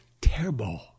terrible